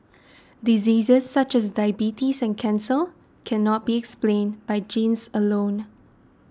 diseases such as diabetes and cancer cannot be explained by genes alone